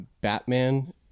Batman